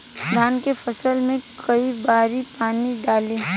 धान के फसल मे कई बारी पानी डाली?